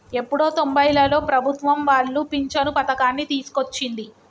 ఎప్పుడో తొంబైలలో ప్రభుత్వం వాళ్లు పించను పథకాన్ని తీసుకొచ్చింది